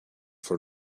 for